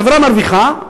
החברה מרוויחה,